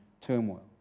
turmoil